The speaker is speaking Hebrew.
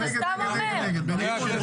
בגלל שהדיון